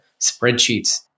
spreadsheets